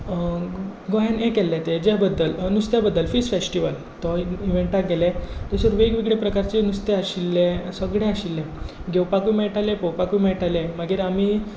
गोंयांत ये केल्लें तें हाज्या बद्दल नुस्त्या बद्दल फीश फेस्टिवल तोय इवेंटाक गेले तशेंच वेग वेगळे प्रकाराचे नुस्तें आशिल्लें सगळें आशिल्लें घेवपाकूय मेळटालें पळोवपाकूय मेळटाले मागीर आमी